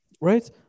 Right